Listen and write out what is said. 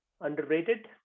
underrated